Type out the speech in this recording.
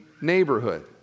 neighborhood